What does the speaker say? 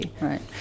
Right